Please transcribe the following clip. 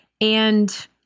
And-